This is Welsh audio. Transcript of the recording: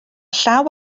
llaw